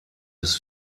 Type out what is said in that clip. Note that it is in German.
bis